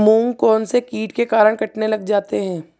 मूंग कौनसे कीट के कारण कटने लग जाते हैं?